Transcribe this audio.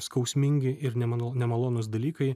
skausmingi ir nemanol nemalonūs dalykai